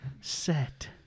Set